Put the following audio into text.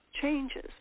changes